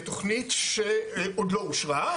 לתוכנית שעוד לא אושרה,